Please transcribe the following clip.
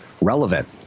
relevant